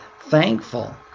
thankful